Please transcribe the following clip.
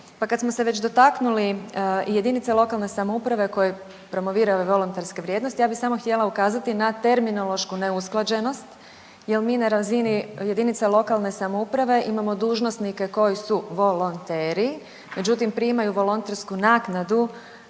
Pa kad smo se već dotaknuli i jedinice lokalne samouprave koje promoviraju volonterske vrijednosti, ja bih samo htjela ukazati na terminološku neusklađenost jer mi na razini jedinice lokalne samouprave imamo dužnosnike koji su volonteri. Međutim, primaju volontersku naknadu